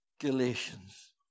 Galatians